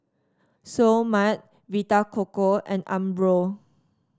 Seoul Mart Vita Coco and Umbro